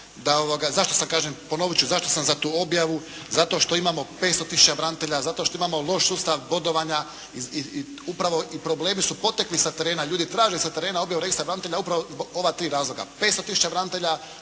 zašto sam za tu objavu. Zato što imamo 500 tisuća branitelja, zato što imamo loš sustav bodovanja i upravo i problemi su potekli sa terena. Ljudi traže sa terena objavu registra branitelja upravo zbog ova tri razloga.